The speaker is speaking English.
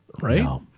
right